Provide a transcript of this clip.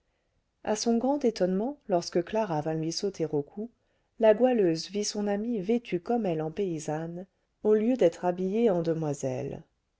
à son grand étonnement lorsque clara vint lui sauter au cou la goualeuse vit son amie vêtue comme elle en paysanne au lieu d'être habillée en demoiselle